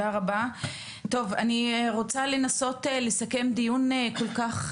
אני רוצה לנסות לסכם דיון כל כך